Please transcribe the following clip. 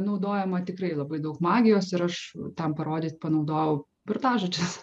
naudojama tikrai labai daug magijos ir aš tam parodyt panaudojau burtažodžius